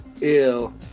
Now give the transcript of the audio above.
ill